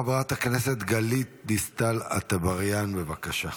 חברת הכנסת גלית דיסטל אטבריאן, בבקשה.